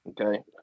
Okay